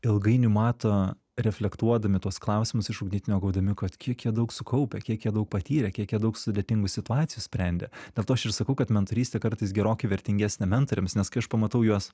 ilgainiui mato reflektuodami tuos klausimus išugdyt negaudami kad kiek jie daug sukaupę kiek jie daug patyrę kiek jie daug sudėtingų situacijų sprendė dėl to aš ir sakau kad mentorystė kartais gerokai vertingesnė mentoriams nes kai aš pamatau juos